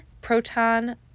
proton